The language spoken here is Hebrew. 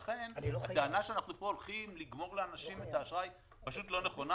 לכן הטענה שאנחנו פה הולכים לגמור לאנשים את האשראי פשוט לא נכונה,